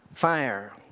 fire